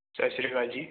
ਸਤਿ ਸ਼੍ਰੀ ਅਕਾਲ ਜੀ